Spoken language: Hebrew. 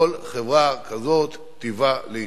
כל חברה כזאת טיבה להתפרק.